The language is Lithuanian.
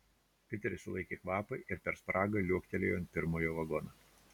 piteris sulaikė kvapą ir per spragą liuoktelėjo ant pirmojo vagono